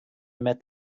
met